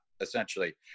essentially